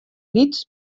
lyts